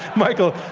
michael,